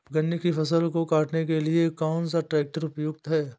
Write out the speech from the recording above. गन्ने की फसल को काटने के लिए कौन सा ट्रैक्टर उपयुक्त है?